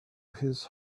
his